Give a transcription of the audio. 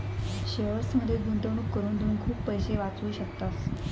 शेअर्समध्ये गुंतवणूक करून तुम्ही खूप पैसे वाचवू शकतास